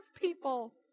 people